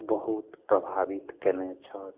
बहुत प्रभावित केने छथि